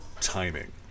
timing